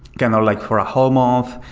cannot like for a home off,